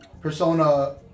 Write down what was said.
Persona